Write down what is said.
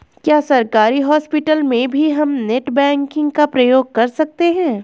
क्या सरकारी हॉस्पिटल में भी हम नेट बैंकिंग का प्रयोग कर सकते हैं?